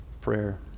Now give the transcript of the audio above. prayer